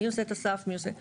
מי עושה כל דבר, אוקיי?